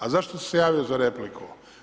A zašto sam se javio za repliku?